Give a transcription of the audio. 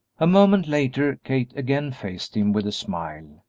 a moment later kate again faced him with a smile,